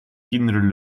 kinderen